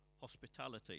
hospitality